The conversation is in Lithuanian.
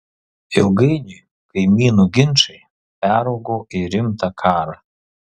ilgainiui kaimynų ginčai peraugo į rimtą karą